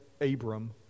Abram